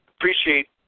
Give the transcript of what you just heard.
Appreciate